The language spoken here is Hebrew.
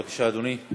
בבקשה, אדוני.